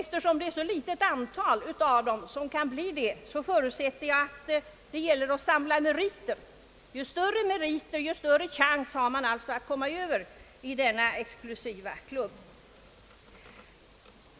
Eftersom det är ett så litet antal av dessa som kan bli professionella, föreställer jag mig att det gäller att samla meriter — ju större meriter man har desto större chans har man att komma med i denna exklusiva klubb.